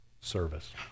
service